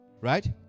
Right